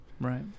Right